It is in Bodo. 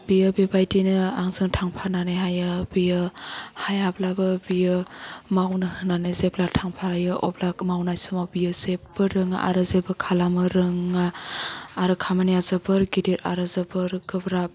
बेयो बेबादिनो आंजों थांफानानैहायो बियो हायाब्लाबो बियो मावनो होन्नानै जेब्ला थांफायो अब्ला मावनाय समाव बियो जेबबो रोङा आरो जेबो खालामनो रोङा आरो खामनिया जोबोर गेदेर आरो जोबोर गोब्राब